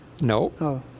No